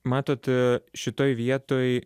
matot šitoj vietoj